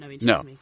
No